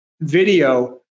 video